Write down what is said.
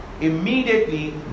immediately